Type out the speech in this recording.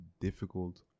difficult